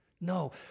No